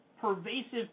pervasive